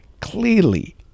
clearly